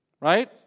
right